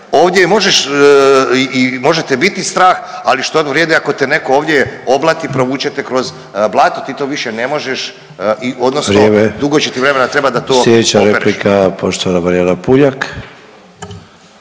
ovdje možeš i možete biti strah, ali što to vrijedi ako te neko ovdje oblati, provuče te kroz blato, ti to više ne možeš…/Upadica Sanader: Vrijeme/… i odnosno dugo će ti vremena trebat da to opereš.